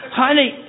honey